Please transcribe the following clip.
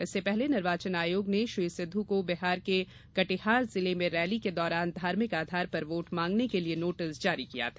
इससे पहले निर्वाचन आयोग ने श्री सिद्ध को बिहार के कटिहार जिले में रैली के दौरान धार्मिक आधार पर वोट मांगने के लिए नोटिस जारी किया था